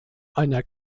einer